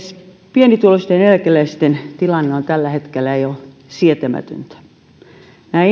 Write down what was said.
pienituloisten eläkeläisten tilanne on tällä hetkellä jo sietämätön nämä